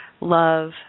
love